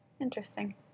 Interesting